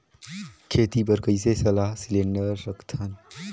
खेती बर कइसे सलाह सिलेंडर सकथन?